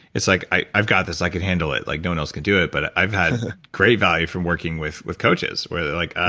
it's like i've got this, i can handle it. like no one else can do it. but i've had great value from working with with coaches where they're like,